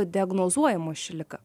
diagnozuojama ši liga